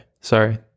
sorry